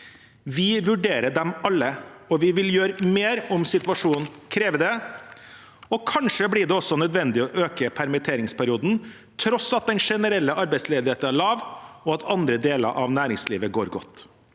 Vi vurderer dem alle, og vi vil gjøre mer om situasjonen krever det. Kanskje blir det også nødvendig å øke permitteringsperioden, til tross for at den generelle arbeidsledigheten er lav og andre deler av næringslivet går godt.